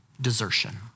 desertion